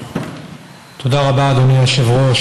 תודה רבה, אדוני היושב-ראש.